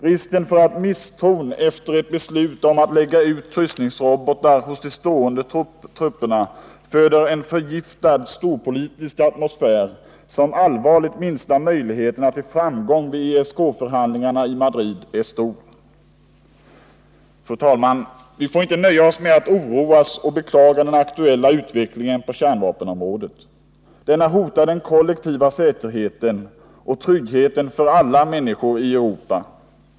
Risken är stor för att misstron efter ett beslut om att lägga ut kryssningsrobotar hos de stående trupperna föder en förgiftad storpolitisk atmosfär som allvarligt minskar möjligheterna till framgång vid ESK förhandlingarna i Madrid. Fru talman! Vi får inte nöja oss med att oroas och beklaga den aktuella utvecklingen på kärnvapenområdet. Denna hotar den kollektiva säkerheten och tryggheten för alla människor i Europa.